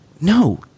no